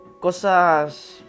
Cosas